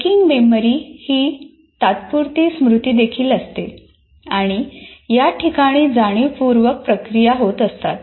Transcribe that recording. working memory ही तात्पुरती memory देखील असते आणि या ठिकाणी जाणीवपूर्वक प्रक्रिया होत असतात